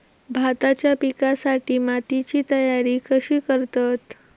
भाताच्या पिकासाठी मातीची तयारी कशी करतत?